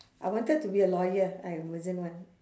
I wanted to be a lawyer I wasn't one